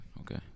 okay